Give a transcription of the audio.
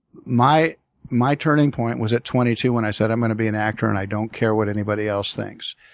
my my turning point was at twenty two when i said i'm going to be an actor and i don't care what anybody else thinks.